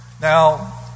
Now